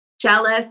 jealous